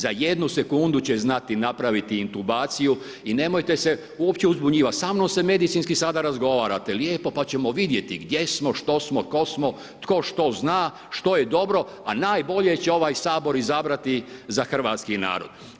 Za jednu sekundu će znati napraviti intubaciju i nemojte se uopće uzbunjivati, samo se medicinski sada razgovarate, lijepo pa ćemo vidjeti gdje smo, što smo, tko smo, tko što zna, što je dobro, a najbolje će ovaj Sabor izabrati za hrvatski narod.